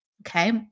okay